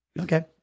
Okay